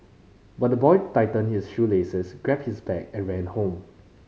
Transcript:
but the boy tightened his shoelaces grabbed his bag and ran home